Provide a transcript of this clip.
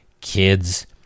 kids